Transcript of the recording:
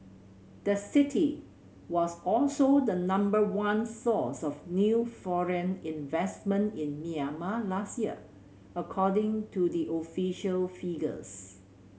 the city was also the number one source of new foreign investment in Myanmar last year according to the official figures